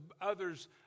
others